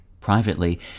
Privately